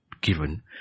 given